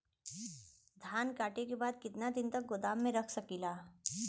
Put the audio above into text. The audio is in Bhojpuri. धान कांटेके बाद कितना दिन तक गोदाम में रख सकीला?